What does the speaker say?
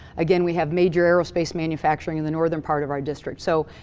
again, we have major aerospace manufacturing in the northern part of our district. so,